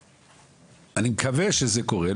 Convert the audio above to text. אני מקווה שזה קורה,